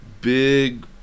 big